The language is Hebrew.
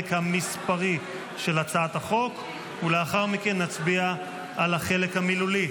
המספרי של הצעת החוק ולאחר מכן נצביע על החלק המילולי.